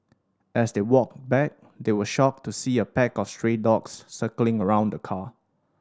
as they walked back they were shocked to see a pack of stray dogs circling around the car